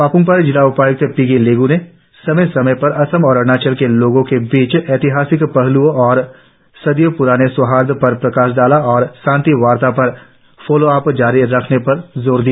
पापुम पारे जिला उपायुक्त पिग लिगु ने समय समय पर असम और अरुणाचल के लोंगो के बीच के ऐतिहासिक पहल्ओं और सदियों प्राने सौहार्द पर प्रकाश डाला और शांति वार्ता पर फॉलोअप जारी रखने पर जोर दिया